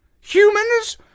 Humans